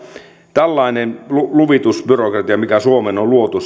tällaiseen luvitusbyrokratiaan mikä suomeen on luotu